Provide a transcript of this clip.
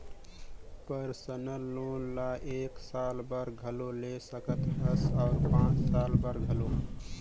personal loan ल एक साल बर घलो ले सकत हस अउ पाँच साल बर घलो